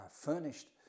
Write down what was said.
furnished